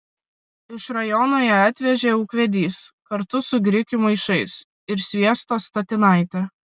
iš rajono ją atvežė ūkvedys kartu su grikių maišais ir sviesto statinaite